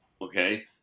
Okay